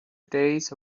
days